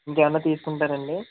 ఇంకా ఏమన్నా తీసుకుంటారా అండి